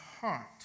heart